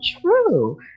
true